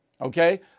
Okay